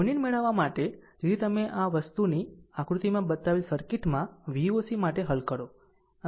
Thevenin મેળવવા માટે જેથી તમે આ વસ્તુની આકૃતિમાં બતાવેલ સર્કિટમાં Voc માટે હલ કરો